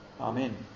Amen